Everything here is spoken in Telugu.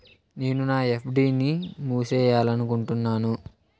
నేను నా ఎఫ్.డి ని మూసేయాలనుకుంటున్నాను